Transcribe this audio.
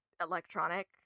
electronic